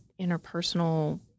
interpersonal